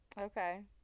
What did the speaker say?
Okay